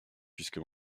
puisque